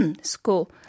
School